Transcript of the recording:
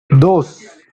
dos